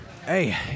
Hey